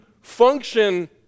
function